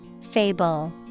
Fable